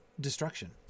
destruction